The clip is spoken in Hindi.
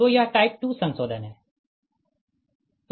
तो यह टाइप 2 संशोधन है